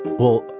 well,